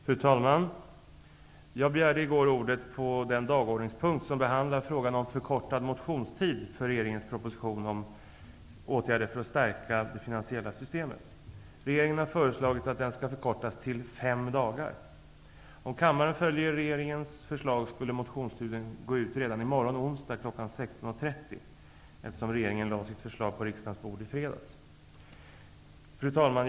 Fru talman! Jag begärde i går ordet på den dagordningspunkt som behandlar frågan om förkortad motionstid för regeringens proposition om åtgärder för att stärka det finansiella systemet. Regeringen har föreslagit att den skall förkortas till fem dagar. Om kammaren följer regeringens förslag går motionstiden ut redan i morgon onsdag kl. 16.30, eftersom regeringen lade sitt förslag på riksdagens bord i fredags. Fru talman!